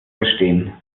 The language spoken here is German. verstehen